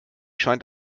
scheint